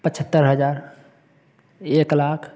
पचहत्तर हज़ार एक लाख